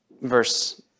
verse